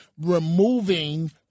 removing